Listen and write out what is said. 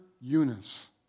Eunice